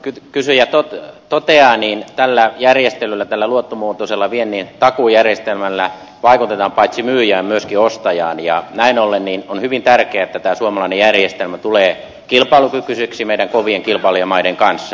aivan kuin kysyjä toteaa tällä järjestelyllä tällä luottomuotoisella viennin takuujärjestelmällä vaikutetaan paitsi myyjään myöskin ostajaan ja näin ollen on hyvin tärkeätä että tämä suomalainen järjestelmä tulee kilpailukykyiseksi meidän kovien kilpailijamaiden kanssa